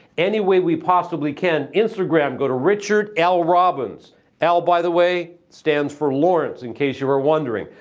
anyway we possibly can. instagram, go to richardlrobbins. l by the way, stands for lawrence in case you were wondering.